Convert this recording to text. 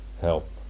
help